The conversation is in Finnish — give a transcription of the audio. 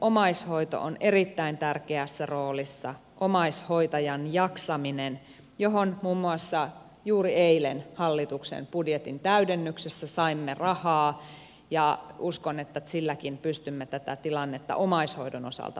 omaishoito on erittäin tärkeässä roolissa omaishoitajan jaksaminen johon muun muassa juuri eilen hallituksen budjetin täydennyksessä saimme rahaa ja uskon että silläkin pystymme tätä tilannetta omaishoidon osalta parantamaan